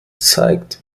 zeigt